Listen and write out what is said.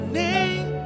name